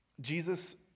Jesus